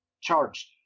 charged